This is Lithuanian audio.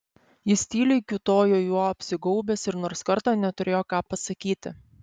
jis tyliai kiūtojo juo apsigaubęs ir nors kartą neturėjo ką pasakyti